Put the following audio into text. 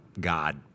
God